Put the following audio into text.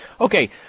Okay